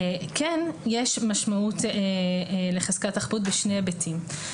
כן יש משמעות לחזקת החפות בשני היבטים.